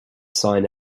sign